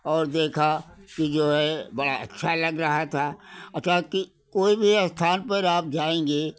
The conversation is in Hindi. और देखा कि जो है बड़ा अच्छा लग रहा था अच्छा कि कोई भी स्थान पर आप जाएंगे